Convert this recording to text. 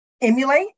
emulate